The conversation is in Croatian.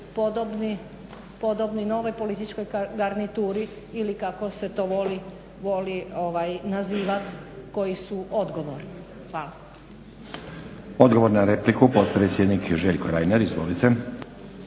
podobni novoj političkoj garnituri ili kako se to voli nazivat, koji su odgovorni. Hvala. **Stazić, Nenad (SDP)** Odgovor na repliku, potpredsjednik Željko Reiner. Izvolite.